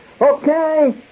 Okay